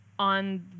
on